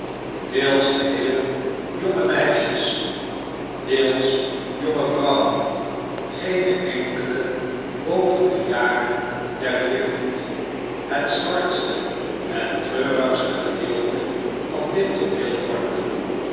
deels geheel jonge meisjes deels jonge vrouwen geene enkele boven de jaren der jeugd het zwartste en treurigste gedeelte van dit tooneel vormden